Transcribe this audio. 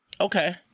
Okay